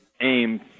aim